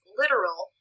literal